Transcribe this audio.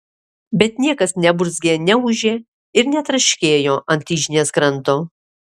bet niekas neburzgė neūžė ir netraškėjo ant yžnės kranto